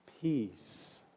peace